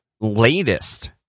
latest